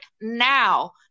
now